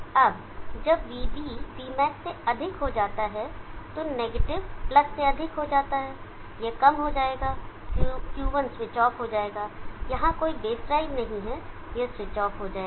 अब जब vB vmax से अधिक हो जाता है तो नेगेटिव प्लस से अधिक हो जाता है यह कम हो जाएगा Q1 स्विच ऑफ हो जाएगा यहां कोई बेस ड्राइव नहीं है यह स्विच ऑफ हो जाएगा